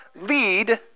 lead